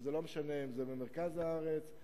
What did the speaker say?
ולא משנה אם הוא במרכז הארץ,